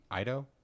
Ido